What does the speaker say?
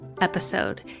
episode